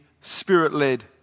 spirit-led